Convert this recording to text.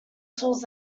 tools